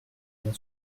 bien